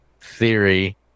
theory